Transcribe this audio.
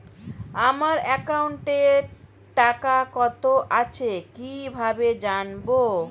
আমার একাউন্টে টাকা কত আছে কি ভাবে জানবো?